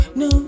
no